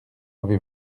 avez